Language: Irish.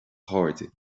chairde